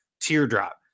teardrop